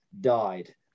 died